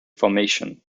formation